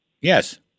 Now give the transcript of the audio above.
Yes